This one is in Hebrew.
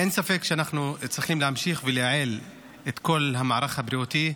אין ספק שאנחנו צריכים להמשיך לייעל את כל המערך הבריאותי.